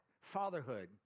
fatherhood